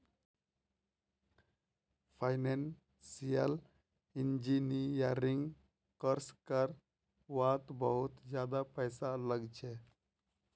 financial engineering course कर वात बहुत ज्यादा पैसा लाग छे